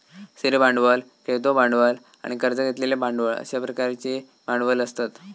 स्थिर भांडवल, खेळतो भांडवल आणि कर्ज घेतलेले भांडवल अश्या प्रकारचे भांडवल असतत